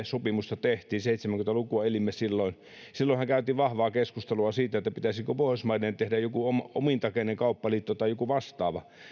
sopimusta tehtiin seitsemänkymmentä lukua elimme silloin käytiin vahvaa keskustelua siitä pitäisikö pohjoismaiden tehdä joku omintakeinen kauppaliitto tai joku vastaava